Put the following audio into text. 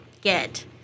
get